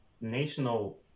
National